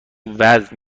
وزن